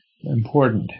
important